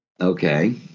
Okay